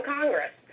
Congress